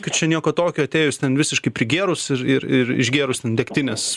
kad čia nieko tokio atėjus ten visiškai prigėrus ir ir ir išgėrus degtinės